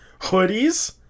Hoodies